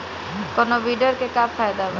कौनो वीडर के का फायदा बा?